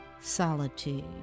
solitude